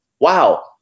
wow